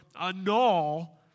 annul